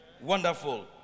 Wonderful